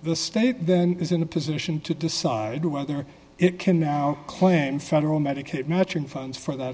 the state then is in a position to decide whether it can now claim federal medicaid matching funds for that